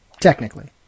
Technically